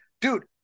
dude